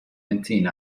benzin